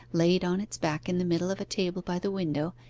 laid on its back in the middle of a table by the window,